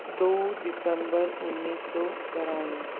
दो दिसम्बर उन्नीस सौ बराणवें